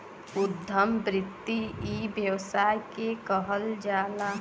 उद्यम वृत्ति इ व्यवसाय के कहल जाला